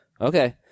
Okay